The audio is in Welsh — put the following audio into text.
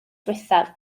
ddiwethaf